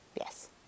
Yes